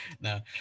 no